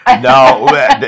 No